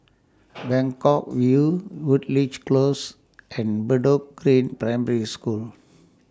Buangkok View Woodleigh Close and Bedok Green Primary School